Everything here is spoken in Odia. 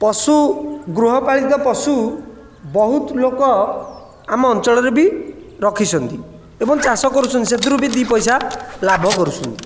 ପଶୁ ଗୃହ ପାଳିତ ପଶୁ ବହୁତ ଲୋକ ଆମ ଅଞ୍ଚଳରେ ବି ରଖିଛନ୍ତି ଏବଂ ଚାଷ କରୁଛନ୍ତି ସେଥିରୁ ବି ଦୁଇ ପଇସା ଲାଭ କରୁଛନ୍ତି